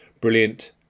Brilliant